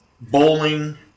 Bowling